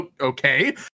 Okay